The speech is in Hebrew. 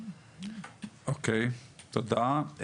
אוקיי, תודה.